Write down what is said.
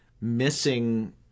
missing